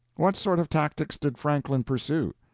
what sort of tactics did franklin pursue?